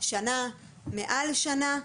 שנה או מעל שנה,